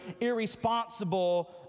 irresponsible